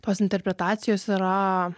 tos interpretacijos yra